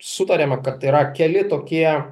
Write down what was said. sutariama kad tai yra keli tokie